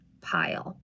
pile